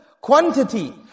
quantity